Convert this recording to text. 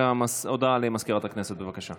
הודעה לסגנית מזכיר הכנסת, בבקשה.